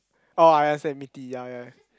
oh I understand meaty ya ya